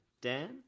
Dan